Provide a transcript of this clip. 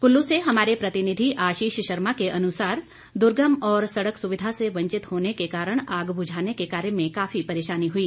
कल्लू से हमारे प्रतिनिधि आशीष शर्मा के अनुसार दर्गम और सड़क सुविधा से वंचित होने के कारण आग बुझाने के कार्य में काफी परेशानी हुई